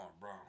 bro